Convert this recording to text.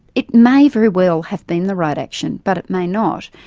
it may very well have been the right action, but it may not,